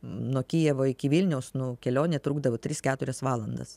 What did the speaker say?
nuo kijevo iki vilniaus nu kelionė trukdavo tris keturias valandas